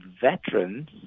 veterans